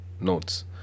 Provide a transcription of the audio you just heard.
notes